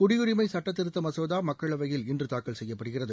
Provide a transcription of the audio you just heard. குடியுரிமை சட்டதிருத்த மசோதா மக்களவையில் இன்று தாக்கல் செய்யப்படுகிறது